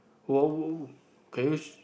wow can you sh~